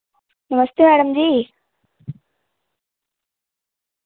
नमस्ते madam जी